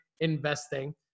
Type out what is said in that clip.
investing